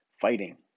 fighting